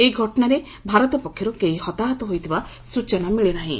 ଏହି ଘଟଣାରେ ଭାରତ ପକ୍ଷରୁ କେହି ହତାହତ ହୋଇଥିବା ସ୍ନଚନା ମିଳିନାହିଁ